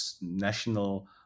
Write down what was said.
national